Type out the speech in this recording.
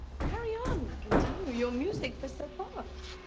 carry on. continue your music for sir boss.